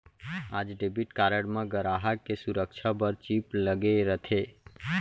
आज debit card म गराहक के सुरक्छा बर चिप लगे रथे